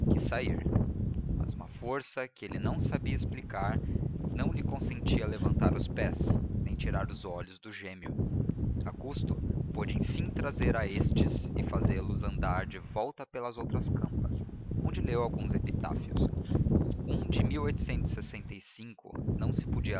sair mas uma força que ele não sabia explicar não lhe consentia levantar os pés nem tirar os olhos do gêmeo a custo pôde enfim trazer a estes e fazê los andar de volta pelas outras campas onde leu alguns epitáfios um de não se podia